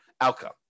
outcome